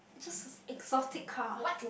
just a exotic car